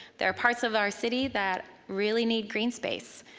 there are parts of our city that really need greenspace.